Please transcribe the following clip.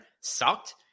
sucked